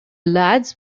lads